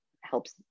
helps